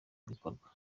bikorwa